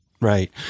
Right